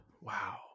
Wow